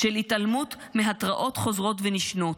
של התעלמות מהתרעות חוזרות ונשנות,